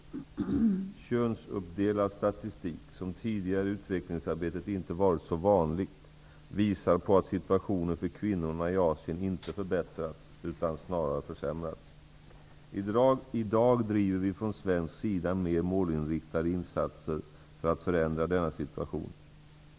Könsuppdelad statistik, som tidigare i utvecklingsarbetet inte varit så vanligt, visar på att situationen för kvinnorna i Asien inte förbättrats utan snarare försämrats. I dag gör vi från svensk sida mer målinriktade insater för att förändra denna situation.